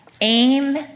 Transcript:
Aim